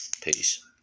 Peace